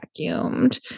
vacuumed